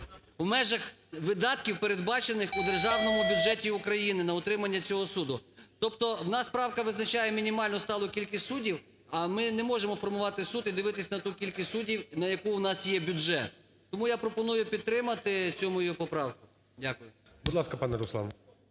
в межах видатків, передбачених у Державному бюджеті України на утримання цього суду. Тобто у нас правка визначає мінімальну сталу кількість суддів, а ми не можемо формувати суд і дивитися на ту кількість суддів, на яку у нас є бюджет. Тому я пропоную підтримати цю мою поправку. Дякую. ГОЛОВУЮЧИЙ. Будь ласка, пане Руслан.